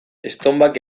estonbak